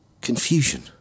Confusion